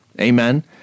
amen